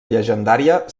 llegendària